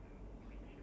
ya